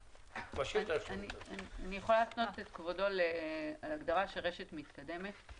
--- אני מפנה את אדוני להגדרה "רשת מתקדמת".